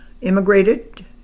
immigrated